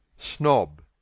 Snob